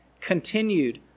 continued